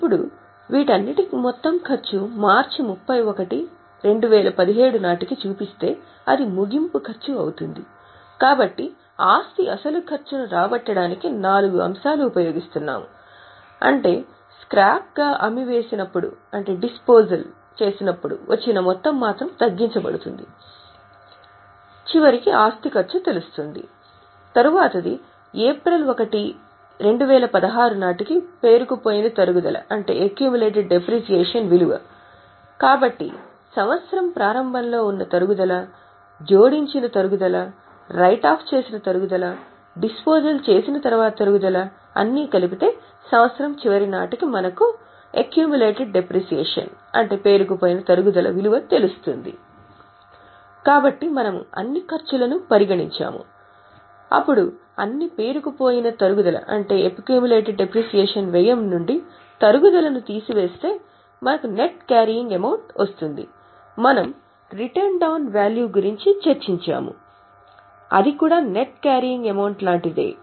కాబట్టి మనము అన్ని ఖర్చులను పరిగణించాము అప్పుడు అన్ని పేరుకుపోయిన తరుగుదల లాంటిదే